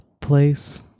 Place